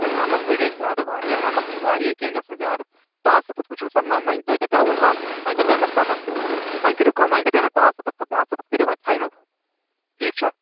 ہے نمتھ ہَے گژھِ زیادٕ واریاہ نمتھ چھُ واریاہ کیٚنٛہہ گژھان زیادٕ پانٛژ ستتھ وُچھِو سا نہَ وۅنۍ تۅہہِ دَپیٛاوٕ ہتھ وۅنۍ دٔپیٛاو مےٚ ستتھ وۅنۍ کٔرِو کٲم وۅنۍ دٔپیٛاو مےٚ پانٛژ ستتھ پانٛژ ستتھ کٔرِو وۅنۍ فائنل ٹھیٖک چھا